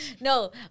No